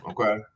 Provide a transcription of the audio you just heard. okay